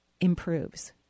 improves